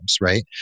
right